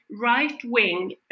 right-wing